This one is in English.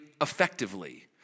effectively